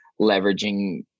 leveraging